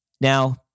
Now